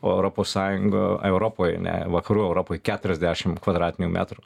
o europos sąjunga europoj ne vakarų europoj keturiasdešim kvadratinių metrų